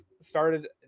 started